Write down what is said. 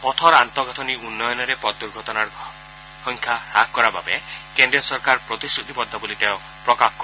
পথৰ আন্তঃগাঁথনি উন্নয়নেৰে পথ দূৰ্ঘটনাৰ সংখ্যা হাস কৰাৰ বাবে কেন্দ্ৰীয় চৰকাৰ প্ৰতিশ্ৰতিবদ্ধ বুলি তেওঁ প্ৰকাশ কৰে